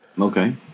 okay